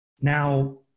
Now